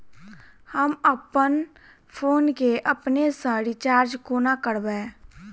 हम अप्पन फोन केँ अपने सँ रिचार्ज कोना करबै?